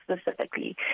specifically